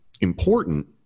important